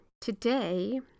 today